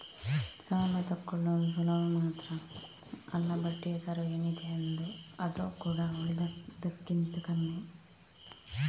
ಸಾಲ ತಕ್ಕೊಳ್ಳುದು ಸುಲಭ ಮಾತ್ರ ಅಲ್ಲ ಬಡ್ಡಿಯ ದರ ಏನಿದೆ ಅದು ಕೂಡಾ ಉಳಿದದಕ್ಕಿಂತ ಕಮ್ಮಿ